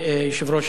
אני מאחל לך הצלחה,